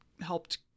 helped